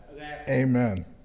Amen